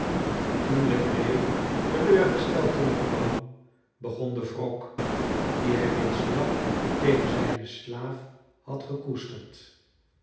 toen legree teleurgesteld terugkwam begon de wrok dien hij reeds lang tegen zijnen slaaf had gekoesterd